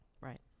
Right